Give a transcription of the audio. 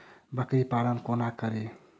बकरी पालन कोना करि?